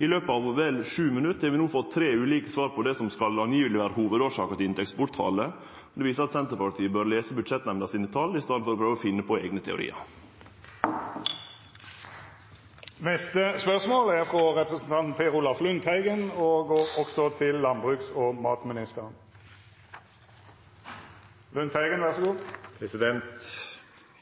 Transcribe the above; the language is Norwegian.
I løpet av vel sju minutt har vi no fått tre ulike svar på det som visstnok skal vere hovudårsaka til inntektsbortfallet, men eg synest Senterpartiet bør lese Budsjettnemndas tal i staden for å prøve å finne på eigne teoriar.